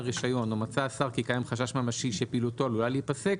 רישיון ומצא השר כי קיים חשש ממשי שפעילותו עלולה להיפסק,